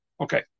Okay